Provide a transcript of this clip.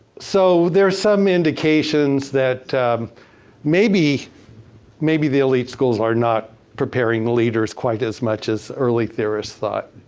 so, there's some indications that maybe maybe the elite schools are not preparing leaders quite as much as early theorists thought.